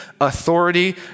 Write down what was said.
authority